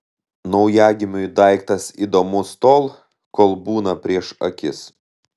naujagimiui daiktas įdomus tol kol būna prieš akis